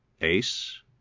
ace